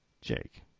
Jake